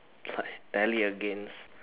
tally against